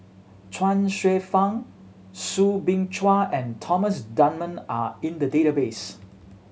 Chuang Hsueh Fang Soo Bin Chua and Thomas Dunman are in the database